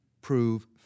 prove